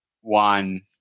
one